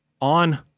on